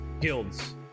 guilds